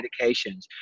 medications